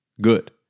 good